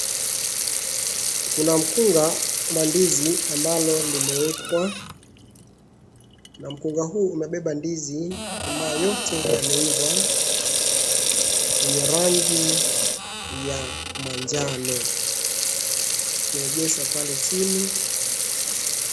Kuna mkunga mandizi ambalo limekwa. Na mkunga huu umebeba ndizi ambayo na yote yameiva ya rangi ya majano imeegeshwa pale chini.